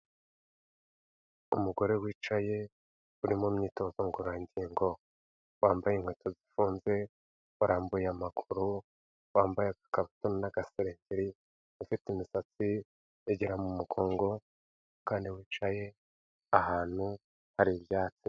Umugore wicaye, uri mu myitozo ngororangingo, wambaye inkweto zifunze, warambuye amaguru, wambaye agakabutura n'agasengeri, ufite imisatsi igera mu mugongo kandi wicaye ahantu hari ibyatsi.